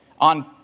on